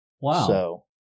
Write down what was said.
Wow